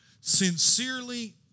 sincerely